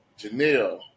Janelle